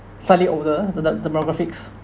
slightly older the de~ demographics